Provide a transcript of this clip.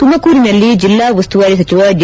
ತುಮಕೂರಿನಲ್ಲಿ ಜಿಲ್ಲಾ ಉಸ್ತುವಾರಿ ಸಚಿವ ಜೆ